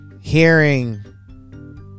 hearing